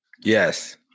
Yes